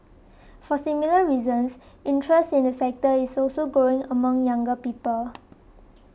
for similar reasons interest in the sector is also growing among younger people